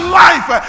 life